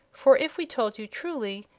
for, if we told you truly,